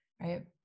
right